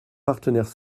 partenaires